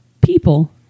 people